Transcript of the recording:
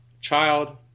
child